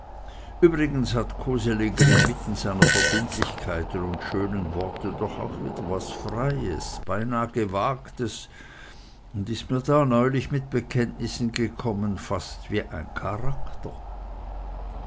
übrigens hat koseleger inmitten seiner verbindlichkeiten und schönen worte doch auch wieder was freies beinah gewagtes und ist mir da neulich mit bekenntnissen gekommen fast wie ein charakter